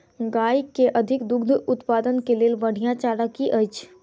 गाय केँ अधिक दुग्ध उत्पादन केँ लेल बढ़िया चारा की अछि?